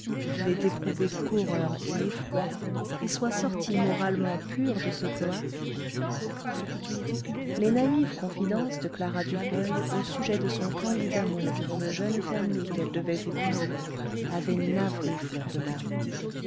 n'ait éprouvé qu'horreur et effroi et soit sortie moralement pure de ce cloaque les naïves confidences de clara dubreuil au sujet de son candide amour pour le jeune fermier qu'elle devait épouser avaient navré fleur de marie